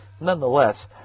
nonetheless